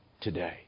today